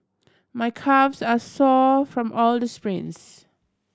my calves are sore from all the sprints